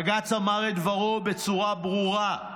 בג"ץ אמר את דברו בצורה ברורה: